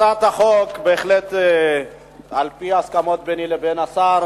הצעת החוק, בהחלט, על-פי הסכמות ביני לבין השר